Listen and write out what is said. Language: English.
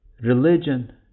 religion